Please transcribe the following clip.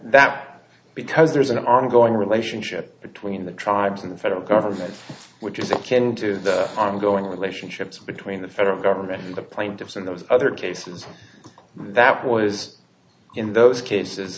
that because there's an ongoing relationship between the tribes and the federal government which is intended ongoing relationships between the federal government and the plaintiffs in those other cases that was in those cases